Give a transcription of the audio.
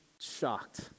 shocked